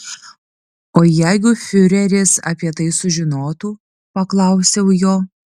o jeigu fiureris apie tai sužinotų paklausiau jo